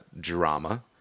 drama